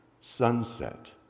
sunset